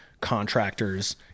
contractors